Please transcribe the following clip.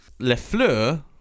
Lefleur